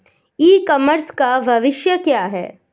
ई commerce का भविष्य क्या है?